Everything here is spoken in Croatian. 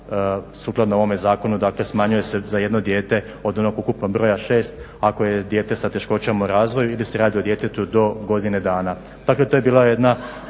sukladno ovome zakonu. Dakle smanjuje se za jedno dijete od onog ukupnog broja 6 ako je dijete sa teškoćama u razvoju ili se radi o djetetu do godine dana. Dakle to je bila jedna